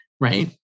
right